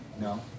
No